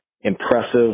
impressive